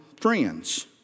friends